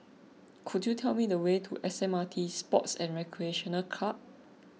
could you tell me the way to S M R T Sports and Recreation Club